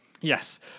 Yes